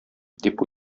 дип